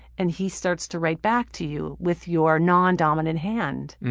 and he starts to write back to you with your non-dominant hand.